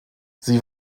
sie